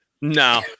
no